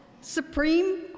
Supreme